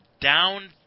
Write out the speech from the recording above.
down